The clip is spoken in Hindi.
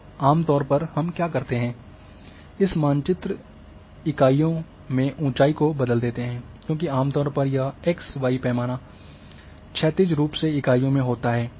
आमतौर पर हम क्या करते हैं हम मानचित्र इकाइयों में ऊंचाई को बदल देते हैं क्योंकि आम तौर यह x y पैमाना क्षैतिज रूप से इकाइयों में होता है